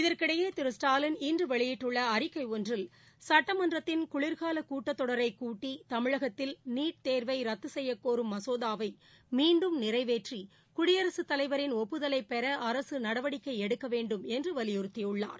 இதற்கிடையே திரு ஸ்டாலின் இன்று வெளியிட்ட அறிக்கை ஒன்றில் சுட்டமன்றத்தின் குளிர்காலக் கூட்டத் தொடரை கூட்டி தமிழகத்தில் நீட் தேர்வை ரத்து செய்யக் கோரும் மசோதாவை மீண்டும் நிறைவேற்றி குடியரசுத் தலைவரின் ஒப்புதலை பெற அரசு நடவடிக்கை எடுக்க வேண்டும் என்று வலியுறுத்தியுள்ளார்